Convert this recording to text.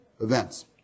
events